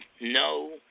no